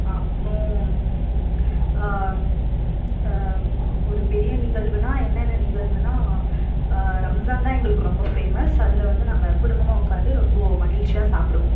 அப்புறோம் ஒரு பெரிய நிகழ்வுனா என்னென்ன நிகழ்வுனா ரம்ஸான் தான் எங்களுக்கு ரொம்ப ஃபேமஸ் அதில் வந்து நாங்கள் குடும்பமாக உட்காந்து ரொம்ப மகிழ்ச்சியாக சாப்பிடுவோம்